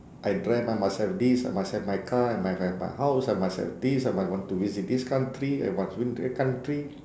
I dreamt I must have this I must have my car I must have my house I must have this I might want to visit this country I must go to that country